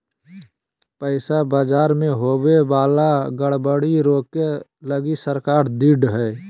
पैसा बाजार मे होवे वाला गड़बड़ी रोके लगी सरकार ढृढ़ हय